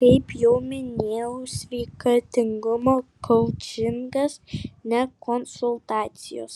kaip jau minėjau sveikatingumo koučingas ne konsultacijos